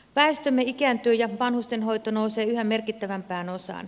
väestömme ikääntyy ja vanhustenhoito nousee yhä merkittävämpään osaan